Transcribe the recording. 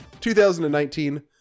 2019